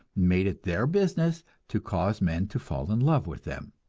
made it their business to cause men to fall in love with them,